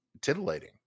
titillating